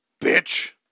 bitch